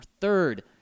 third